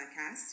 podcast